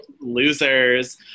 losers